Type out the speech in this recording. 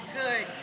Good